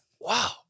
Wow